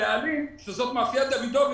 הבעלים שזאת מאפיית דוידוביץ'